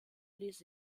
les